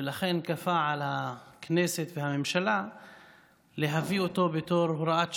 ולכן כפה על הכנסת והממשלה להביא אותו בתור הוראת שעה.